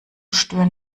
stören